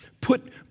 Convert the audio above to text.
put